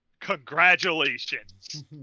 Congratulations